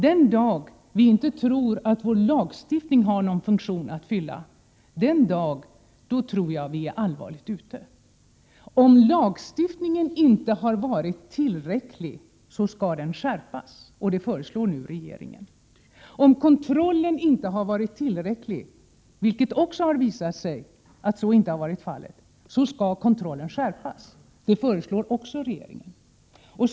Den dag vi inte tror att vår lagstiftning har någon funktion att fylla, den dagen är vi illa ute. Om lagstiftningen inte har varit tillräcklig skall den skärpas, och det föreslår nu regeringen. Om kontrollen inte har varit tillräcklig — vilken den inte har varit — skall kontrollen skärpas. Det föreslår regeringen också.